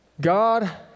God